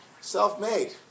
Self-made